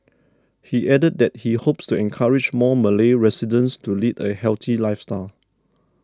he added that he hopes to encourage more Malay residents to lead a healthy lifestyle